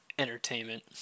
Entertainment